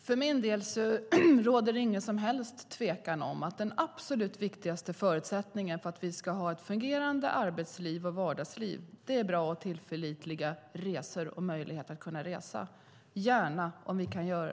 Herr talman! För min del råder det ingen som helst tvekan om att den absolut viktigaste förutsättningen för att vi ska ha ett fungerande arbets och vardagsliv är bra och tillförlitliga möjligheter att resa, och gärna med tåg.